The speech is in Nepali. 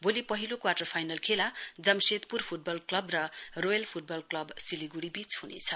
भोलि पहिलो क्वाटर फाइनल खेला जमसेदपुर फुटबल क्लब र रोयल फुटबल क्लब सिलिगुडी बीच हुनेछ